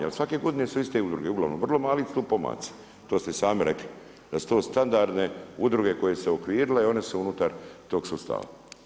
Jer svake godine su iste udruge, uglavnom vrlo mali tu pomaci, to ste i sami rekli da su to standardne udruge koje su se uokvirile i one su unutar tog sustava.